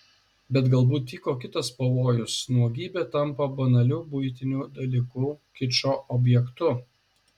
bet galbūt tyko kitas pavojus nuogybė tampa banaliu buitiniu dalyku kičo objektu